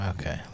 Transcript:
okay